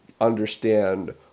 understand